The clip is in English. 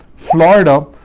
florida.